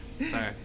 Sorry